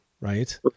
Right